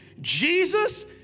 Jesus